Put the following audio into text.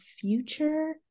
future